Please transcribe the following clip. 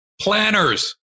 planners